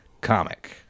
comic